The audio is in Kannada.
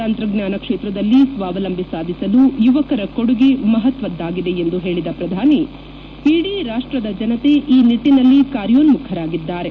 ತಂತ್ರಜ್ಞಾನ ಕ್ಷೇತ್ರದಲ್ಲಿ ಸ್ವಾವಲಂಬಿ ಸಾಧಿಸಲು ಯುವಕರ ಕೊಡುಗೆ ಮಹತ್ವದ್ದಾಗಿದೆ ಎಂದು ಹೇಳಿದ ಪ್ರಧಾನಿ ಇಡೀ ರಾಷ್ಟದ ಜನತೆ ಈ ನಿಟ್ಟನಲ್ಲಿ ಕಾರ್ಯೋನ್ನುಖರಾಗಿದ್ದಾರೆ